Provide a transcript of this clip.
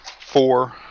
four